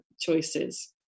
choices